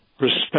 respect